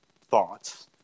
thoughts